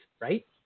right